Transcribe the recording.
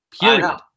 Period